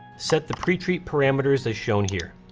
set the pre-treat parameters as shown here.